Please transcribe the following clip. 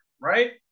right